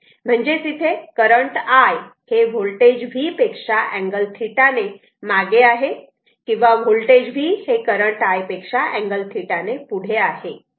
म्हणजेच इथे current I हे होल्टेज V पेक्षा अँगल θ ने मागे आहे किंवा होल्टेज V हे करंट I पेक्षा अँगल θ ने पुढे आहे